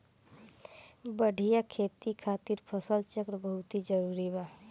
बढ़िया खेती खातिर फसल चक्र बहुत जरुरी बा